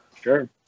Sure